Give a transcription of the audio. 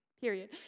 Period